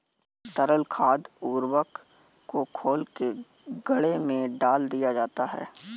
तरल खाद उर्वरक को घोल के गड्ढे में डाल दिया जाता है